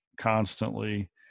constantly